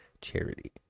charity